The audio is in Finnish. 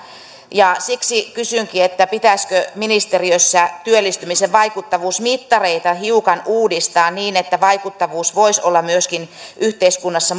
siksi kysynkin pitäisikö ministeriössä työllistymisen vaikuttavuusmittareita hiukan uudistaa niin että vaikuttavuus voisi olla myöskin yhteiskunnassa